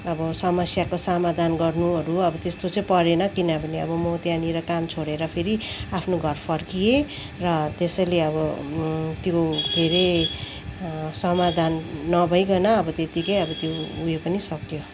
अब समस्याको सामाधान गर्नुहरू अब त्यस्तो चाहिँ परेन किनभने अब म त्यहाँनिर काम छोडेर फेरि आफनो घर फर्किएँ र त्यसैले अब त्यो के अरे समाधान न भइकन अब त्यतिकै अब त्यो उयो पनि सकियो